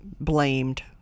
blamed